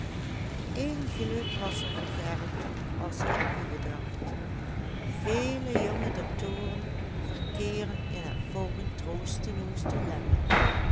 eén geluk was er voor gerrit als hij aan huwen dacht vele jonge doctoren verkeeren in het volgend troosteloos